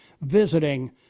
visiting